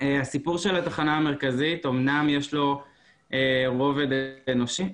הסיפור של התחנה המרכזית אמנם יש לו רובד אנושי,